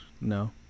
No